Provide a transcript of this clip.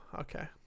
okay